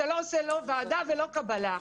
אתה לא עושה לא ועדה ולא קבלה.